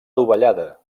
dovellada